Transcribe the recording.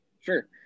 Sure